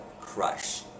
crush